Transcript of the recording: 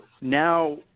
now